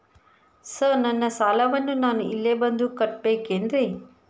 Sir ನನ್ನ ಸಾಲವನ್ನು ನಾನು ಇಲ್ಲೇ ಬಂದು ಕಟ್ಟಬೇಕೇನ್ರಿ?